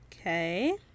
Okay